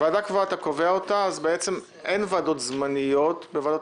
קובעים אותה ואין ועדות זמניות בוועדות